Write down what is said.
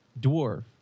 dwarf